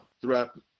throughout